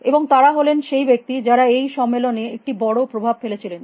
এবং তারা হলেন সেই ব্যক্তি যারা এই সম্মেলনে একটি বড় প্রভাব ফেলেছিলেন